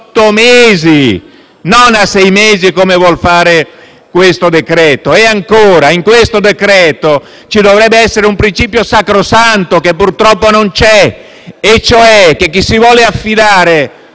mesi, non fino a sei mesi come vuol fare questo decreto-legge. Ancora, in questo decreto-legge ci dovrebbe essere un principio sacrosanto, che purtroppo non c'è, e cioè che chi si vuole affidare